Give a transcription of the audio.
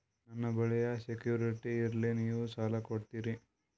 ನನ್ನ ಬಳಿ ಯಾ ಸೆಕ್ಯುರಿಟಿ ಇಲ್ರಿ ನೀವು ಸಾಲ ಕೊಡ್ತೀರಿ?